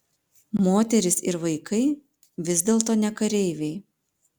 moterys ir vaikai vis dėlto ne kareiviai